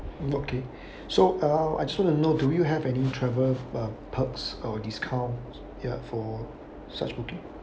okay so uh I also to know do you have any travel uh perks or discount ya for such booking